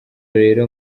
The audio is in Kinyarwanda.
rero